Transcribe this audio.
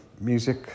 music